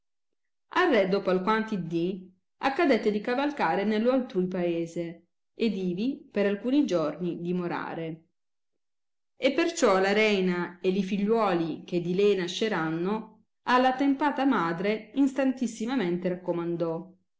re dopo alquanti dì accadette di cavalcare nello altrui paese ed ivi per alcuni giorni dimorare e perciò la reina e li figliuoli che di lei nasceranno alla attempata madre instantissimamente raccomandò